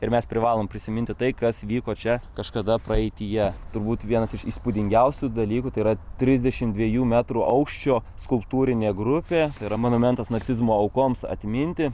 ir mes privalome prisiminti tai kas vyko čia kažkada praeityje turbūt vienas iš įspūdingiausių dalykų tai yra trisdešimt dviejų metrų aukščio skulptūrinė grupė yra monumentas nacizmo aukoms atminti